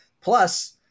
Plus